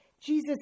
Jesus